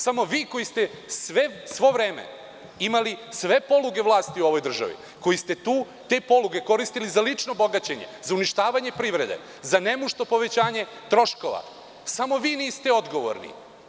Samo vi koji ste sve vreme imali sve poluge vlasti u ovoj državi, koji ste te poluge koristili za lično bogaćenje, za uništavanje privrede, za nemušto povećanje troškova, samo vi niste odgovorni.